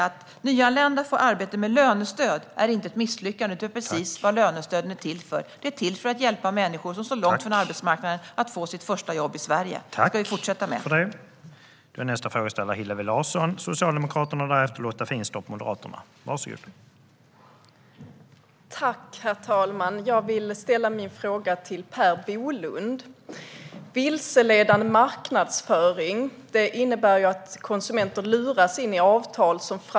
Att nyanlända får arbete med lönestöd är inte ett misslyckande utan precis vad lönestöden är till för. De är till för att hjälpa människor som står långt från arbetsmarknaden att få sitt första jobb i Sverige.